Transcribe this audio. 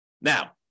Now